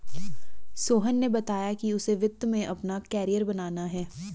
सोहन ने बताया कि उसे वित्त में अपना कैरियर बनाना है